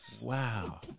wow